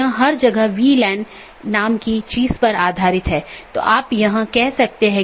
यह मूल रूप से स्केलेबिलिटी में समस्या पैदा करता है